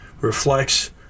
reflects